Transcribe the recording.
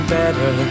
better